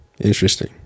Interesting